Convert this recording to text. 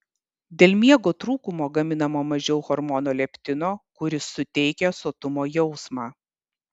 dėl miego trūkumo gaminama mažiau hormono leptino kuris suteikia sotumo jausmą